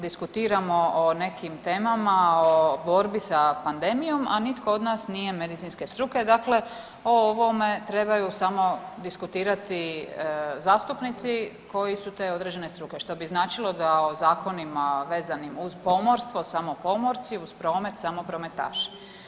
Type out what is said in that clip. Diskutiramo o nekim temama, o borbi sa pandemijom, a nitko od nas nije medicinske struke, dakle o ovome trebaju samo diskutirati zastupnici koji su te određene struke, što bi značilo da o zakonima vezanim uz pomorstvo, samo pomorci, uz promet samo prometaši.